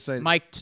Mike